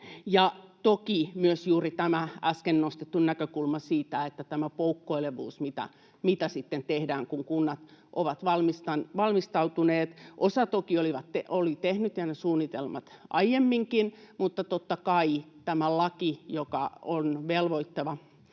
on myös juuri tämä äsken nostettu näkökulma tästä poukkoilevuudesta, mitä sitten tehdään, kun kunnat ovat valmistautuneet. Osa toki oli tehnyt jo ne suunnitelmat aiemminkin, mutta totta kai tämä laki, joka on velvoittava